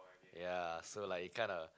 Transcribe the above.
yea so like this kinda